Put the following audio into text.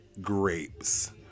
grapes